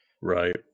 Right